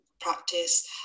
practice